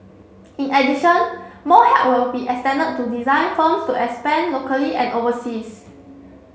in addition more help will be extended to design firms to expand locally and overseas